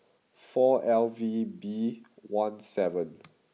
four L V B one seven